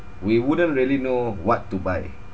we wouldn't really know what to buy